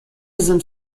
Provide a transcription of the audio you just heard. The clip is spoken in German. sind